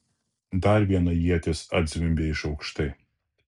dar viena ietis atzvimbė iš aukštai